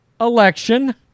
election